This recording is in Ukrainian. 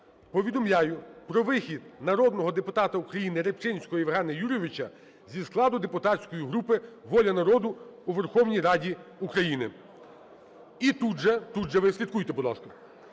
повідомляю про вихід народного депутата УкраїниРибчинського Євгена Юрійовича зі складу депутатської групи "Воля народу" у Верховній Раді України. І тут же, тут же, ви слідкуйте, будь ласка.